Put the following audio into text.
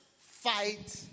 fight